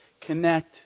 connect